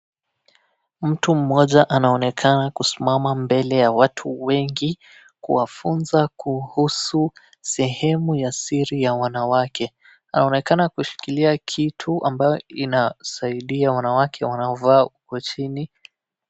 Mtu mmoja anaonekana kusimama mbele ya watu wengi kuwafunza kuhusu sehemu ya siri ya wanawake. Anaonekana kushikilia kitu ambayo inasaidia wanawake wanavaa huko chini.